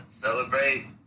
celebrate